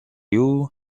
you